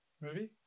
movie